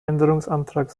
änderungsantrag